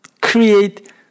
create